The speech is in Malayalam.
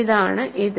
ഇതാണ് അത്